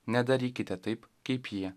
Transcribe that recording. nedarykite taip kaip jie